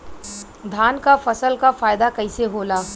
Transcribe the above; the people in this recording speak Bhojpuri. धान क फसल क फायदा कईसे होला?